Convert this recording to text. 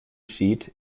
seat